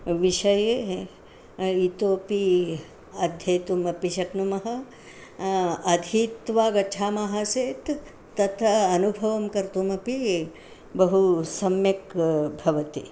विषये इतोऽपि अध्येतुम् अपि शक्नुमः अधीत्वा गच्छामः चेत् तथा अनुभवं कर्तुमपि बहु सम्यक् भवति